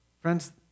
Friends